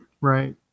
Right